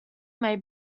may